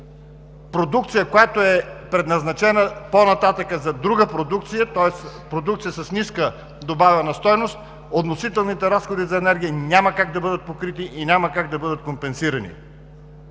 продукция, която е предназначена по-нататък за друга продукция, тоест продукция с ниска добавена стойност, относителните разходи за енергия няма как да бъдат покрити и няма как да бъдат компенсирани.